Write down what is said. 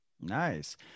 Nice